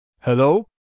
Hello